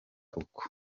uko